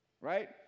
right